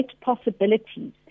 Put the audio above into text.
possibilities